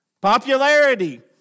Popularity